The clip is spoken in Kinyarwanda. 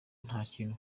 ntakintu